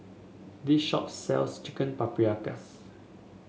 this shop sells Chicken Paprikas